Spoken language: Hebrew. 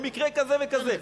במקרה כזה וכזה,